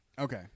Okay